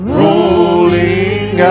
rolling